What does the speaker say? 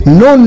no